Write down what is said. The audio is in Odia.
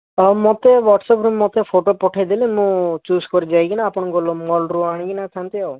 ହଁ ମତେ ହ୍ୱାଟ୍ସଆପ୍ରେ ମୋତେ ଫଟୋ ପଠାଇଦେଲେ ମୁଁ ଚୁଜ୍ କରିବିଯାଇକିନା ଆପଣ ଗଲେ ମଲ୍ରୁ ଆଣିବିନା ଥାନ୍ତି ଆଉ